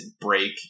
break